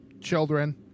children